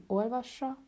olvassa